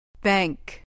Bank